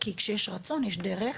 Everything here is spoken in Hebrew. כי כאשר יש רצון יש דרך.